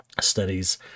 studies